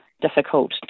difficult